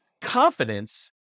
confidence